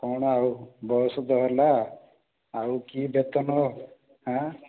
କ'ଣ ଆଉ ବୟସ ତ ହେଲା ଆଉ କି ବେତନ ହାଁ